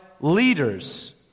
leaders